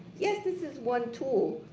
yes, this is one tool.